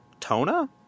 Tona